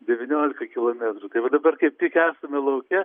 devyniolika kilometrų tai va dabar kaip tik esame lauke